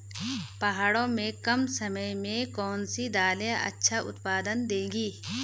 पहाड़ों में कम समय में कौन सी दालें अच्छा उत्पादन देंगी?